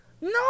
No